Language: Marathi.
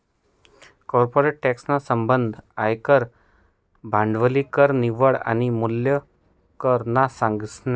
कॉर्पोरेट टॅक्स ना संबंध आयकर, भांडवली कर, निव्वळ आनी मूल्य कर ना संगे शे